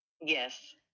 Yes